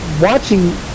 watching